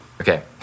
Okay